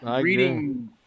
reading